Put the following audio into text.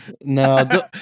No